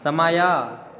ಸಮಯ